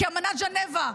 כי אמנת ז'נבה,